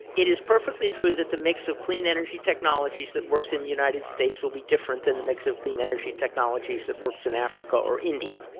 it is perfectly true that the mix of clean energy technologies that works in the united states will be different than the mix of clean energy technologies that works in africa or india.